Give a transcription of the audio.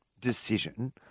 decision